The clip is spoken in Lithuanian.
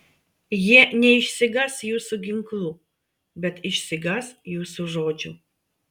jie neišsigąs jūsų ginklų bet išsigąs jūsų žodžių